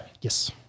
Yes